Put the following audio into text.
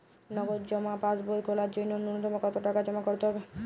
নগদ জমা পাসবই খোলার জন্য নূন্যতম কতো টাকা জমা করতে হবে?